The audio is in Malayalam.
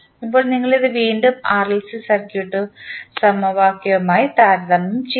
ഇപ്പോൾ നിങ്ങൾ ഇത് വീണ്ടും RLC സർക്യൂട്ട് സമവാക്യവുമായി താരതമ്യം ചെയ്യും